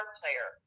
player